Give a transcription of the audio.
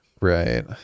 Right